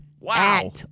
Wow